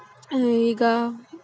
ಈಗ